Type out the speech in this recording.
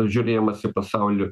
žiūrėjimas į pasaulį